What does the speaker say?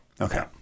Okay